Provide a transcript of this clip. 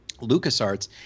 LucasArts